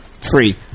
free